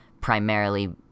primarily